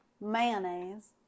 Mayonnaise